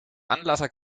anlasser